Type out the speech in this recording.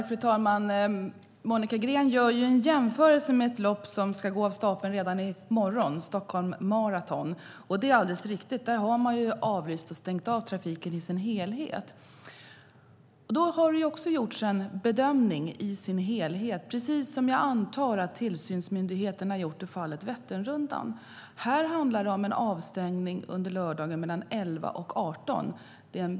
Fru talman! Monica Green gör en jämförelse med ett lopp som går i morgon, Stockholm Marathon. Det är riktigt att man där har stängt av trafiken helt. Det har gjorts en bedömning av helheten, precis som jag antar att tillsynsmyndigheten har gjort när det gäller Vätternrundan. I Stockholm handlar det om en avstängning mellan kl. 11 och 18 under lördagen.